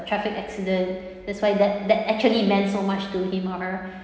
traffic accident that's why that that actually meant so much to him or her